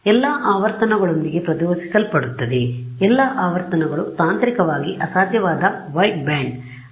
ಎಲ್ಲಾ ಆವರ್ತನಗಳೊಂದಿಗೆ ಪ್ರಚೋದಿಸಲ್ಪಡುತ್ತದೆ ಆದ್ದರಿಂದ ಎಲ್ಲಾ ಆವರ್ತನಗಳು ತಾಂತ್ರಿಕವಾಗಿ ಅಸಾಧ್ಯವಾದ ವೈಟ್ ಬ್ಯಾಂಡ್